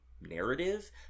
narrative